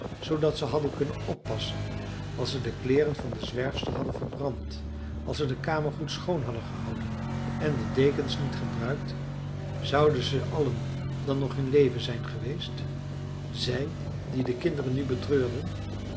zoodat ze hadden kunnen oppassen als ze de kleeren van de zwerfster hadden verbrand als ze de kamer goed schoon hadden gehouden en de dekens niet gebruikt zouden ze allen dan nog in leven zijn geweest zij die de kinderen nu betreurden